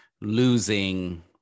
losing